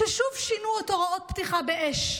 ששוב שינו את הוראות הפתיחה באש.